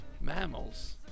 Mammals